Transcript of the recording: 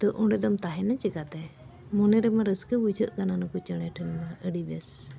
ᱛᱚ ᱚᱸᱰᱮ ᱫᱚᱢ ᱛᱟᱦᱮᱱᱟ ᱪᱤᱠᱟᱹᱛᱮ ᱢᱚᱱᱮ ᱨᱮᱢᱟ ᱨᱟᱹᱥᱠᱟᱹ ᱵᱩᱡᱷᱟᱹᱜ ᱠᱟᱱᱟ ᱱᱩᱠᱩ ᱪᱮᱬᱮ ᱴᱷᱮᱱ ᱢᱟ ᱟᱹᱰᱤ ᱵᱮᱥ